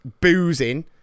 boozing